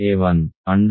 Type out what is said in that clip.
కాబట్టి a1